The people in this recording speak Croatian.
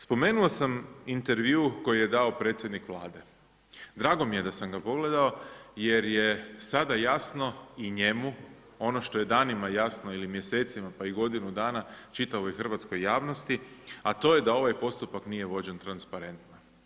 Spomenuo sam intervju koji je dao predsjednik Vlade, drago mi je da sam ga pogledao jer je sada jasno i njemu ono što je danima jasno ili mjesecima pa i godinu dana čitavoj hrvatskoj javnosti, a to je da ovaj postupak nije vođen transparentno.